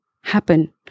happen